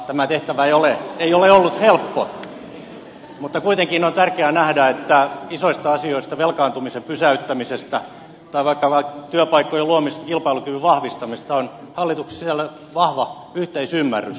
tämä tehtävä ei ole ollut helppo mutta kuitenkin on tärkeää nähdä että isoista asioista velkaantumisen pysäyttämisestä tai vaikkapa työpaikkojen luomisesta ja kilpailukyvyn vahvistamisesta on hallituksen sisällä vahva yhteisymmärrys